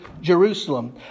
Jerusalem